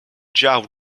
jaw